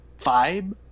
vibe